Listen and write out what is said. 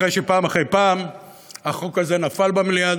אחרי שפעם אחרי פעם החוק הזה נפל במליאה,